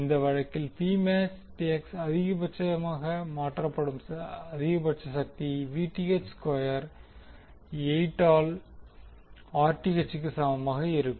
இந்த வழக்கில் Pmax அதிகபட்சமாக மாற்றப்படும் அதிகபட்ச சக்தி Vth ஸ்கொயர் 8 ஆல் Rth க்கு சமமாக இருக்கும்